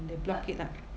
they block it up